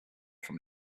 from